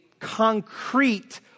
concrete